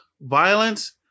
violence